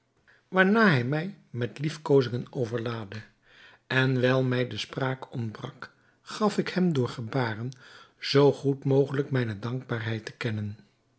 waarna hij mij met liefkozingen overlaadde en wijl mij de spraak ontbrak gaf ik hem door gebaren zoo goed mogelijk mijne dankbaarheid te kennen